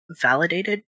validated